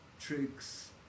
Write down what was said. tricks